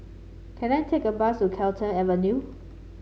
can I take a bus to Carlton Avenue